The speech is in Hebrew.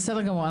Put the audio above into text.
בסדר גמור.